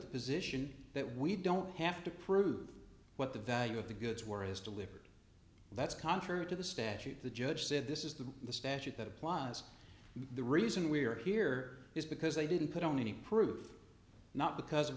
the position that we don't have to prove what the value of the goods were is delivered that's contrary to the statute the judge said this is the the statute that applies the reason we are here is because they didn't put on any proof not because of